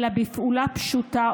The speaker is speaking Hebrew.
אלא בפעולה פשוטה,